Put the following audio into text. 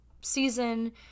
season